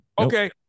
Okay